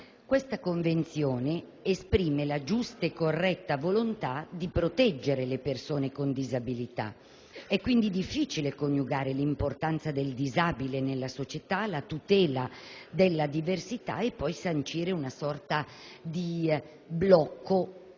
Questa Convenzione esprime la giusta e corretta volontà di proteggere le persone con disabilità; è quindi difficile coniugare l'importanza del disabile nella società, la tutela della diversità e poi sancire una sorta di blocco